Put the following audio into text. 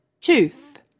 tooth